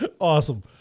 Awesome